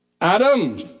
Adam